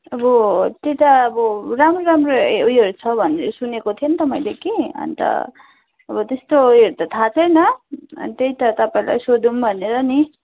अब त्यता अब राम्रो राम्रो हे उयोहरू छ भन्ने सुनेको थिएँ नि त मैले कि अन्त अब त्यस्तो उयोहरू थाहा छैन अनि त्यही त तपाईँलाई सोधौँ भनेर पनि